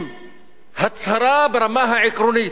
עם הצהרה ברמה העקרונית,